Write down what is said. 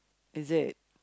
is it